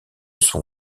son